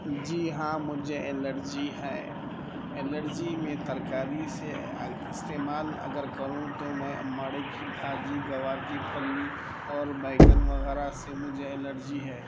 جی ہاں مجھے الرجی ہے الرجی میں ترکاری سے استعمال اگر کروں تو میں مڑے کی بھاجی گوار کی پھلی اور بیگن وغیرہ سے مجھے الرجی ہے